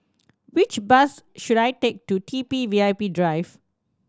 which bus should I take to T B V I P Drive